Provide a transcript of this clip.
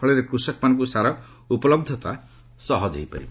ଫଳରେ କୃଷକମାନଙ୍କୁ ସାର ଉପଲହ୍ଧତା ସହଜ ହୋଇପାରିବ